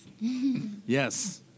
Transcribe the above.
Yes